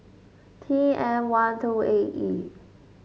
T M one two A E